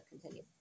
continue